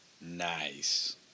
Nice